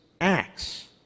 acts